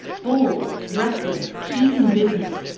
bold, reckless, keen in business,